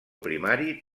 primari